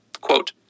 quote